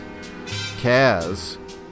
Kaz